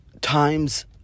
times